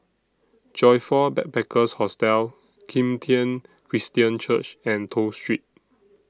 Joyfor Backpackers' Hostel Kim Tian Christian Church and Toh Street